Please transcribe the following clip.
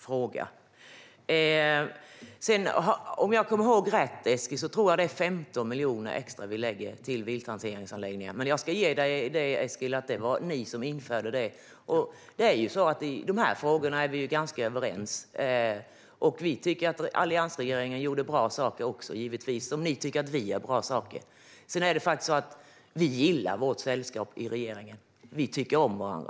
Om jag kommer ihåg det hela rätt, Eskil, tror jag att vi lägger 15 miljoner extra på vilthanteringsanläggningar. Men jag ger dig erkännandet att det var ni som införde dem. I de här frågorna är vi ju ganska överens. Vi tycker givetvis att alliansregeringen gjorde bra saker - om ni tycker att vi gör bra saker. Vi gillar för övrigt vårt sällskap i regeringen. Vi tycker om varandra.